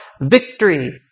victory